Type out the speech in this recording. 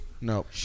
No